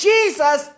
Jesus